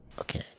Okay